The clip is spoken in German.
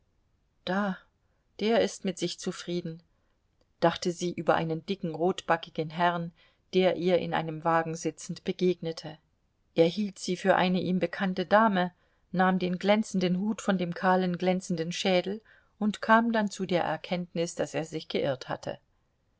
da der ist mit sich zufrieden dachte sie über einen dicken rotbackigen herrn der ihr in einem wagen sitzend begegnete er hielt sie für eine ihm bekannte dame nahm den glänzenden hut von dem kahlen glänzenden schädel und kam dann zu der erkenntnis daß er sich geirrt hatte